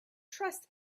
trust